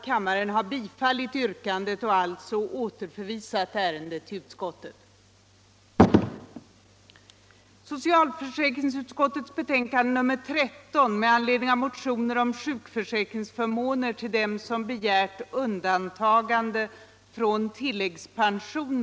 Kammaren beslöt att återförvisa ärendet till socialförsäkringsutskottet för ytterligare beredning.